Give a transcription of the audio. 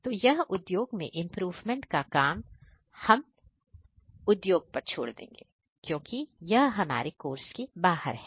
तो यह उद्योग में इंप्रूवमेंट का काम हम छोड़ देंगे क्योंकि यह हमारे कोर्स के बाहर है